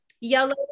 yellow